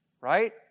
right